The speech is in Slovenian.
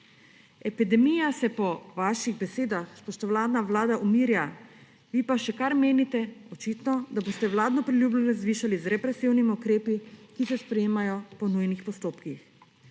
Epidemija se po vaših besedah, spoštovana vlada, umirja, vi pa še kar menite očitno, da boste vladno priljubljenost zvišali z represivnimi ukrepi, ki se sprejemajo po nujnih postopkih,